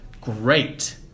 great